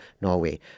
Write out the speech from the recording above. norway